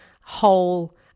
whole